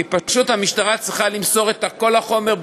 כי פשוט המשטרה צריכה למסור את כל החומר,